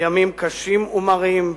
בימים קשים ומרים,